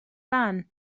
van